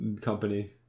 company